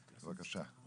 בבקשה.